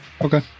Okay